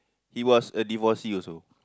he was a divorcee also